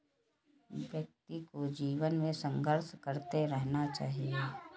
व्यक्ति को जीवन में संघर्ष करते रहना चाहिए